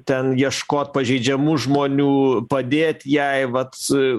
ten ieškot pažeidžiamų žmonių padėt jai vat